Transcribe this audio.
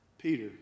Peter